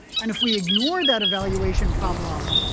and if we ignore that evaluation problem,